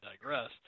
digress